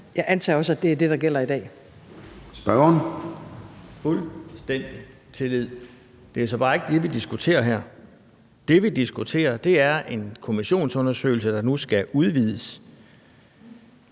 Spørgeren. Kl. 14:01 Søren Pape Poulsen (KF): Fuldstændig tillid! Det er så bare ikke det, vi diskuterer her. Det, vi diskuterer, er en kommissionsundersøgelse, der nu skal udvides,